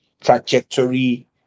trajectory